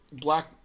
Black